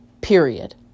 period